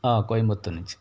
ఆ కోయంబత్తూరు నుంచి